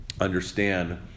understand